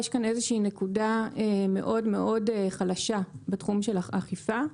אתייחס לנקודה מאוד מאוד חלשה בתחום של האכיפה.